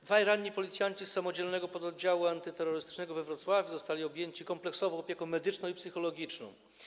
Dwaj ranni policjanci z Samodzielnego Pododdziału Antyterrorystycznego we Wrocławiu zostali objęci kompleksową opieką medyczną i psychologiczną.